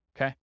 Okay